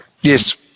yes